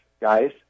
guys